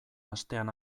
astean